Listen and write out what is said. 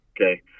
Okay